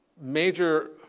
major